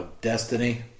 destiny